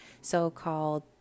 so-called